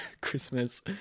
Christmas